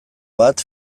bat